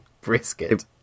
brisket